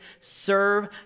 serve